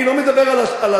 אני לא מדבר על השלב,